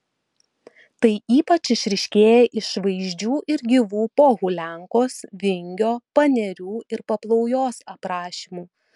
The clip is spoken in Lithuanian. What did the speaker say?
tai ypač išryškėja iš vaizdžių ir gyvų pohuliankos vingio panerių ir paplaujos aprašymų